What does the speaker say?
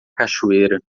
cachoeira